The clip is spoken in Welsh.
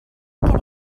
cyn